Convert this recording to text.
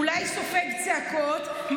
אולי סופג צעקות,